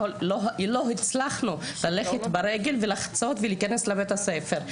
בקושי הצלחנו לחצות וללכת ברגל כדי להגיע לכניסה לבית הספר.